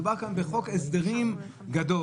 מדובר כאן בחוק הסדרים גדול,